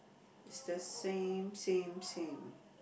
is the same same same